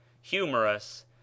humorous